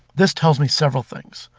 this tells me several things.